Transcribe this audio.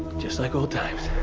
just like old times.